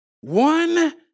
one